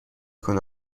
کنه